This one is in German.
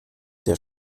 der